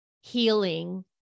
healing